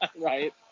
Right